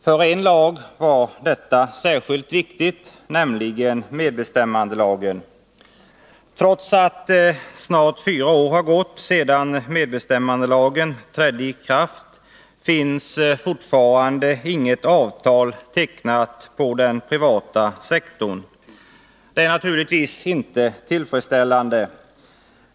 För en lag var detta särskilt viktigt, nämligen medbestämmandelagen. Trots att snart fyra år har gått sedan medbestämmandelagen trädde i kraft, finns fortfarande inget avtal tecknat på den privata sektorn. Detta är naturligtvis inte tillfredsställande.